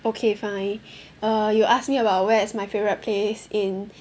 okay fine err you ask me about where is my favorite place in